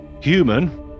human